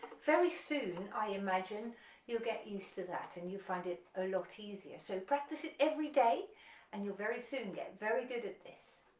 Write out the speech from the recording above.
very soon i imagine you'll get used to that and you find it a lot easier, so practice it every day and you'll very soon get very good at this.